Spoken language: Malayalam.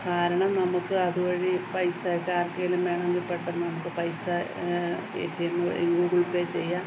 കാരണം നമുക്ക് അതുവഴി പൈസയൊക്കെ ആർക്കെങ്കിലും വേണമെങ്കിൽ പെട്ടെന്ന് നമുക്ക് പൈസ എ ടി എം വഴി ഗൂഗിൾ പേ ചെയ്യാം